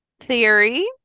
Theory